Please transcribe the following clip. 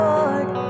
Lord